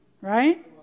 right